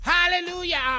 Hallelujah